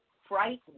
Frightened